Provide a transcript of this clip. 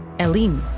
elim.